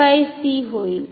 तर हे होईल